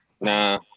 Nah